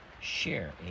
share